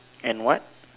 and what